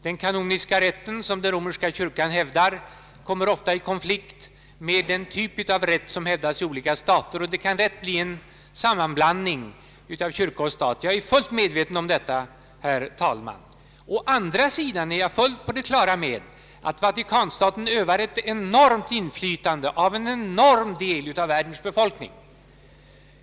Den kanoniska rätten som den romerska kyrkan hävdar kommer ofta i konflikt med den typ av rätt som råder i olika stater, och det kan lätt bli en sammanblandning av kyrka och stat. Jag är fullt medveten om detta, herr talman. Å andra sidan är jag på det klara med att Vatikanstaten har ett enormt inflytande på en enorm del av världens befolkning.